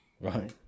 Right